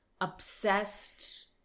obsessed